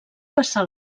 passar